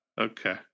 okay